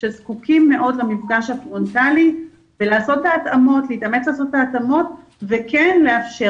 שזקוקים מאוד למפגש הפרונטלי ולהתאמץ לעשות את ההתאמות וכן לאפשר.